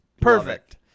Perfect